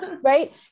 right